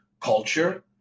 culture